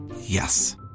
Yes